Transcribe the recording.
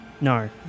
No